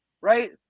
right